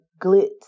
glitz